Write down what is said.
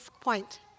point